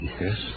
Yes